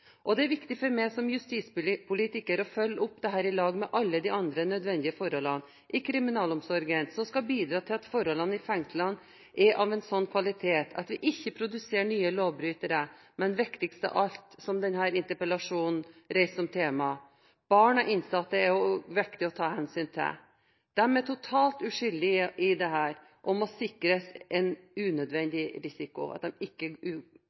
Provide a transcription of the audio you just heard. og det er viktig for meg som justispolitiker å følge opp dette sammen med alle de andre nødvendige forholdene i kriminalomsorgen, som skal bidra til at forholdene i fengslene er av en sånn kvalitet at vi ikke produserer nye lovbrytere. Men viktigst av alt, som denne interpellasjonen reiser som tema: Barn av innsatte er det viktig å ta hensyn til. De er totalt uskyldige i dette, og det må sikres at de ikke utsettes for en